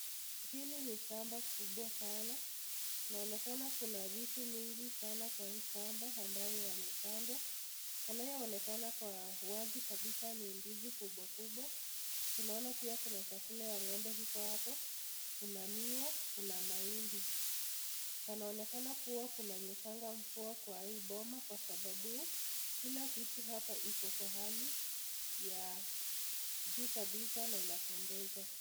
Hili ni shamba kubwa sanaa. Inaoneka kuna vitu mingi sana kwa hii shamba ambayo yamepandwa yanayoonekana kwa wazi kabisa ni ndizi kubwa kubwa, tunaona pia kuna chakula ya ng'ombe iko apo, kuna miwa, kuna mahindi. Panaonekana kunanyeshanga mvua kwa hii boma kwasababu kila kitu iko kwa hali ya juu kabisa na inayopendeza.